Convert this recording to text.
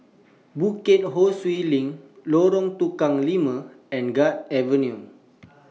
Bukit Ho Swee LINK Lorong Tukang Lima and Guards Avenue